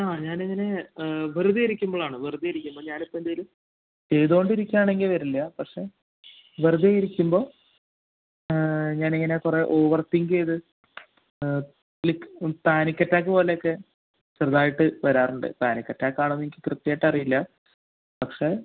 ആ ഞാനിങ്ങനെ വെറുതെ ഇരിക്കുമ്പളാണ് വെറുതെ ഇരിക്കുമ്പോൾ ഞാനിപ്പം എന്തെങ്കിലും ചെയ്തുകൊണ്ട് ഇരിക്കുകയാണെങ്കിൽ വരില്ല പക്ഷെ വെറുതെ ഇരിക്കുമ്പോൾ ഞാനിങ്ങനെ കുറേ ഓവർതിങ്ക് ചെയ്ത് പാനിക്ക് അറ്റാക്ക് പോലെയൊക്കെ ചെറുതായിട്ട് വരാറുണ്ട് പാനിക്ക് അറ്റാക്ക് ആണോ എന്ന് എനിക്ക് കൃത്യമായിട്ട് അറിയില്ല പക്ഷെ